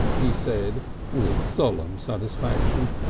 he said with solemn satisfaction.